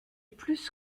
plus